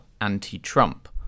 anti-Trump